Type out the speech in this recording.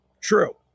True